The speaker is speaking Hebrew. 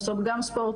הן עושות גם ספורט,